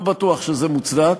לא בטוח שזה מוצדק.